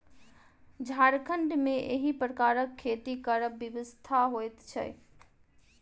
झारखण्ड मे एहि प्रकारक खेती करब विवशता होइत छै